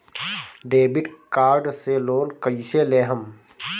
Debit card से loan कईसे लेहम?